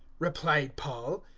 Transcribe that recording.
replied paul,